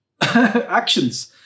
actions